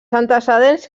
antecedents